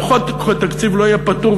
גם חוק התקציב לא יהיה פתור,